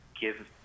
give